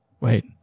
Wait